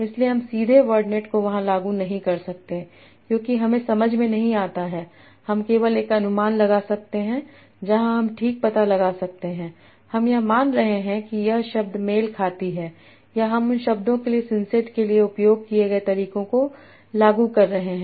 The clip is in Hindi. इसलिए हम सीधे वर्डनेट को वहां लागू नहीं कर सकते क्योंकि हमें समझ में नहीं आता है हम केवल एक अनुमान लगा सकते हैं जहां हम ठीक पता लगा सकते हैं हम यह मान रहे हैं कि यह शब्द मेल खाती है या हम उन शब्दों के लिए सिंसेट के लिए उपयोग किए गए तरीकों को लागू कर रहे हैं